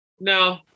No